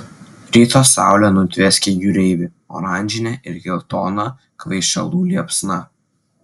ryto saulė nutvieskė jūreivį oranžine ir geltona kvaišalų liepsna